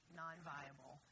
non-viable